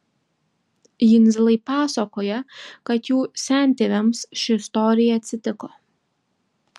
jundzilai pasakoja kad jų sentėviams ši istorija atsitiko